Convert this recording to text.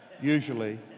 usually